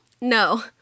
no